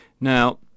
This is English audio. Now